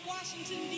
Washington